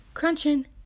Crunching